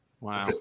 Wow